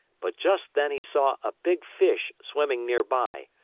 but just then he saw a big fish swimming near-by,